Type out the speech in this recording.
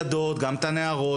במדינת ישראל,